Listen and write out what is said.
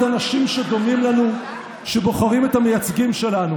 אנשים שדומים לנו שבוחרים את המייצגים שלנו.